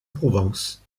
provence